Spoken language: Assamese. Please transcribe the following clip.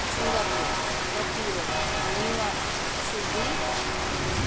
Singapore Tokyo New York Sydney London